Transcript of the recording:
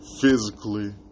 physically